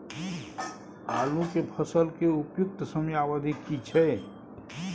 आलू के फसल के उपयुक्त समयावधि की छै?